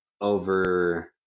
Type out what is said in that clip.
over